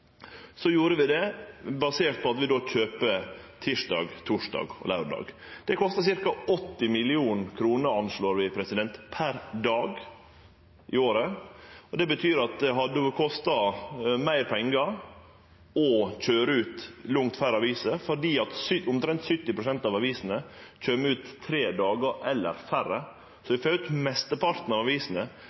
så gjorde vi det basert på at vi då kjøper tysdag, torsdag og laurdag. Det kostar ca. 80 mill. kr, anslår vi, per dag, i året. Det betyr at det hadde kosta meir pengar å køyre ut langt færre aviser, fordi omtrent 70 pst. av avisene kjem ut tre dagar i veka eller færre. Så vi får ut mesteparten av